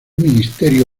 ministerio